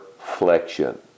flexion